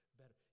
better